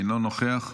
אינו נוכח,